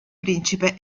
principe